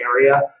area